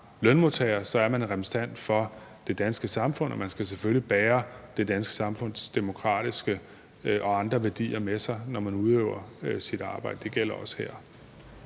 lønmodtager; så er man repræsentant for det danske samfund, og man skal selvfølgelig bære det danske samfunds demokratiske værdier og andre værdier med sig, når man udøver sit arbejde. Det gælder også her.